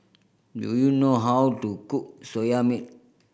do you know how to cook Soya Milk